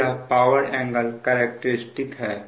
तो यह power angle characteristics है